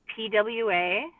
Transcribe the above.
PWA